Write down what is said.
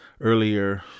earlier